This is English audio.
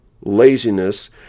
laziness